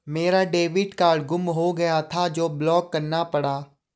मेरा debit card गुम हो गया था तो ब्लॉक करना पड़ा